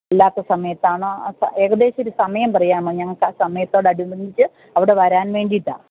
അല്ലാത്ത സമയത്താണോ ഏകദേശം ഒരു സമയം പറയാമോ ഞങ്ങൾക്ക് ആ സമയത്തോട് അനുബന്ധിച്ച് അവിടെ വരാൻ വേണ്ടിയിട്ടാണ്